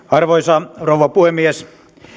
arvoisa rouva puhemies